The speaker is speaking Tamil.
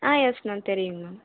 ஆ யெஸ் மேம் தெரியும் மேம்